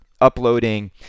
uploading